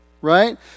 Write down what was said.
Right